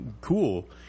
cool